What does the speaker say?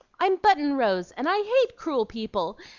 i'm button-rose, and i hate cruel people!